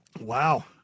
Wow